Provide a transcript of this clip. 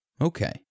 Okay